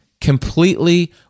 completely